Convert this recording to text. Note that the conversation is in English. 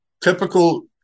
typical